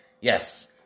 yes